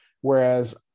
Whereas